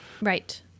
Right